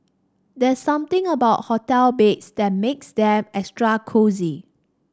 there's something about hotel beds that makes them extra cosy